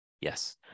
Yes